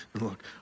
Look